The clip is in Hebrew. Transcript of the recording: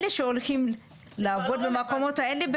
אלה שהולכים לעבוד מקומות האלה,